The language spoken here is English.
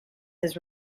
his